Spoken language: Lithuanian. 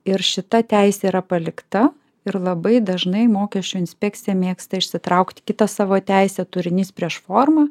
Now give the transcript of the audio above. ir šita teisė yra palikta ir labai dažnai mokesčių inspekcija mėgsta išsitraukt kitą savo teisę turinys prieš formą